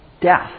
death